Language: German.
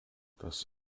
das